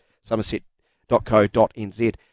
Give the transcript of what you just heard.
somerset.co.nz